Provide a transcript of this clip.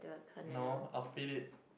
no I'll feed it